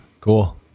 cool